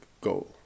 goal